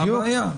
מה הבעיה?